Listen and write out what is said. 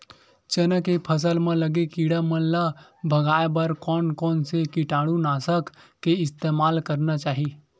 चना के फसल म लगे किड़ा मन ला भगाये बर कोन कोन से कीटानु नाशक के इस्तेमाल करना चाहि?